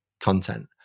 content